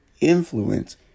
influence